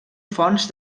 fonts